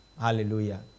Hallelujah